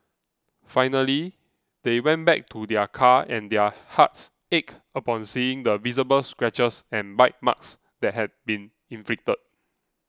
finally they went back to their car and their hearts ached upon seeing the visible scratches and bite marks that had been inflicted